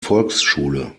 volksschule